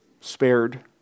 spared